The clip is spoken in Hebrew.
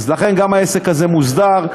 לכן, גם העסק הזה מוסדר.